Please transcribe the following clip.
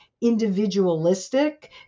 individualistic